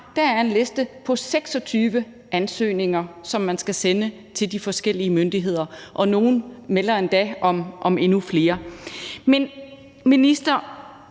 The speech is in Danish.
der er en liste på 26 ansøgninger, som man skal sende til de forskellige myndigheder, og nogle melder endda om endnu flere. Men, minister,